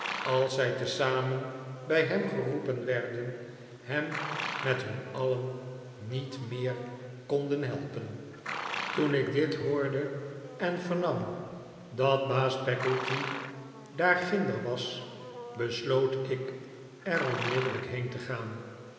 als zij tezamen bij hem geroepen werden hem met hun alien niet meer konden helpen toen ik dit hoorde en vernam dat baas peggotty daarginder was besloot ik er onmiddellijk heen te gaan